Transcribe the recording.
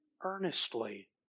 earnestly